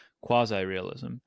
quasi-realism